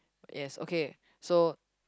yes okay so